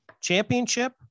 championship